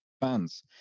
fans